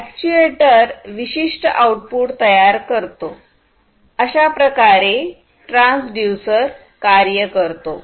actuator विशिष्ट output तयार करतो अशाप्रकारे ट्रान्सड्यूसर कार्य करतो